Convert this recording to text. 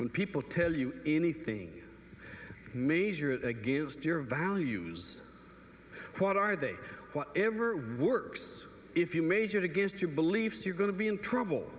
when people tell you anything major against your values what are they what ever works if you measure it against your beliefs you're going to be in trouble